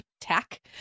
tack